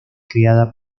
creada